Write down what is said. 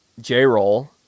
J-Roll